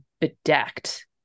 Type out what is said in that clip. bedecked